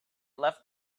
left